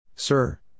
Sir